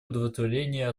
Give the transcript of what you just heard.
удовлетворение